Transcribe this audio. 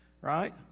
right